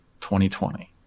2020